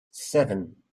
seven